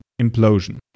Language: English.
implosion